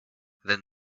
then